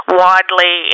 widely